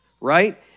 Right